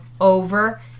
over